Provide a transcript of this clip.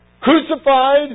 crucified